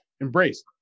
Embrace